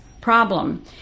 problem